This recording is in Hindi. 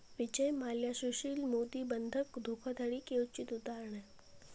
विजय माल्या सुशील मोदी बंधक धोखाधड़ी के उचित उदाहरण है